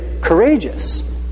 Courageous